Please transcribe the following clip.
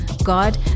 God